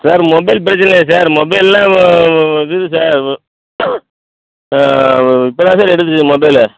sir mobile பிரச்சின இல்லை sir மொபைல்லாம் ஆ புதுசு சார் ஆ ஆ இப்போ தான் சார் எடுத்தது மொபைலு